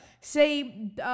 say